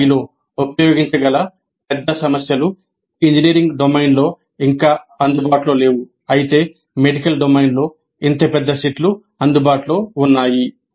పిబిఐలో ఉపయోగించగల పెద్ద సమస్యలు ఇంజనీరింగ్ డొమైన్లో ఇంకా అందుబాటులో లేవు అయితే మెడికల్ డొమైన్లో ఇంత పెద్ద సెట్లు అందుబాటులో ఉన్నాయి